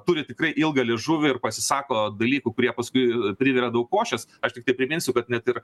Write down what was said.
turi tikrai ilgą liežuvį ir pasisako dalykų kurie paskui privira daug košės aš tiktai priminsiu kad ne ir